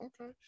okay